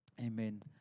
Amen